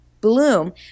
bloom